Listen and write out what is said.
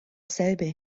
selbe